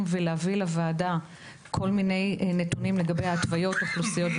ולהביא לוועדה כל מיני נתונים לגבי התוויות,